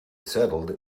settled